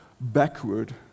backward